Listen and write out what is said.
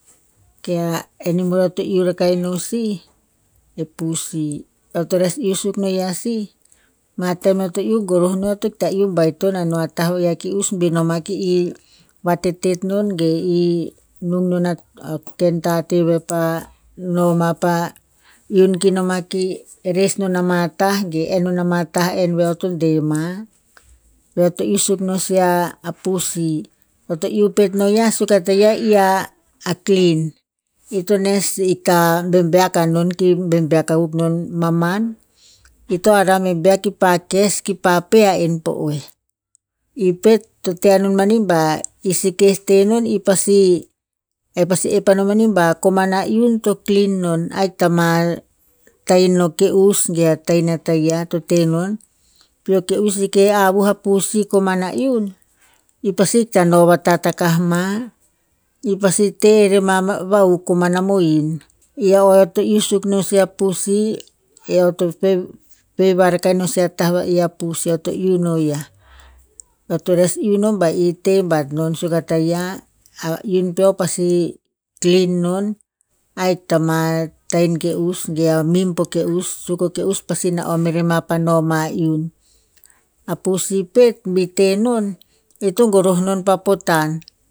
Ke a animal eo to iuh rakah no sih e pusi. Eo to res iuh suk no ya sih, ma tem eo to iuh goroh no eo to ikta iuh baiton no a tah veh a ke'us bi noma ki i vatet tet non ge i nung non a ken tateh veh pa noma pa iun ki noma ki reos non ama tah ge enn non ama tah enn veh eo to deh ma. Eo to iuh suk nosia busi, eo to iuh pet no ya i a- a kliu. I to nes ita bebeak anon ki bebeak akuk non maman, ito arah bebeak kipa kes, kipa pe a en po oeh. I pet to teh amani ba, i seke tehnon i pasi, eh pasi ep amani ba a komana iun to klin non ahik ta ma taino ino ke- us ge taina taia to ten non. Pi o ke- us seke avuh a pusi komana iun, i pasi ikta no vatat akah ma, i pasi teh rer ma vahuk komana mohen. I a o eo to iuh suk no sih iuh ho ya. Eo to res iuh nom ba i teh bat non suk a taia, a iun peo pasi klin non, ahik ta ma tainn ke'us ge o mim po ke'us suk o ke'us pasi na'om erere ma iun. A pusi pet ba tenon, i to goroh non pa potan.